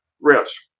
risk